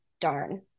darn